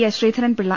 S Sreedharan Pillai